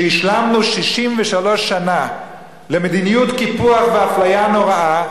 שהשלמנו 63 שנה עם מדיניות קיפוח ואפליה נוראה.